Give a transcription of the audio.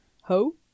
Ho